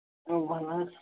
وَن حظ